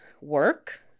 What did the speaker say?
work